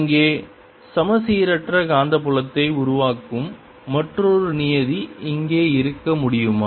இங்கே சமச்சீரற்ற காந்தப்புலத்தை உருவாக்கும் மற்றொரு நியதி இங்கே இருக்க முடியுமா